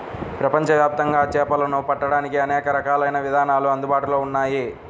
ప్రపంచవ్యాప్తంగా చేపలను పట్టడానికి అనేక రకాలైన విధానాలు అందుబాటులో ఉన్నాయి